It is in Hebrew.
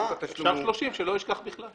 שלא ישכח בכלל.